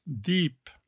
deep